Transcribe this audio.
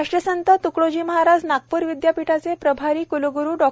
राष्ट्रसंत तुकडोजी महाराज नागप्र विदयापीठाचे प्रभारी कुलगुरू डॉ